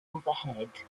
overhead